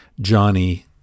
Johnny